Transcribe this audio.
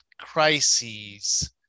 crises